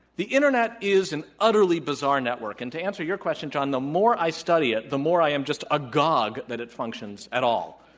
the internet is an utterly bizarre network, and to answer your question, john, the more i study it, the more i am just agog that it functions at all.